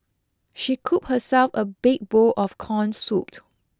she coop herself a big bowl of corn soup